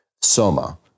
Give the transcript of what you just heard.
Soma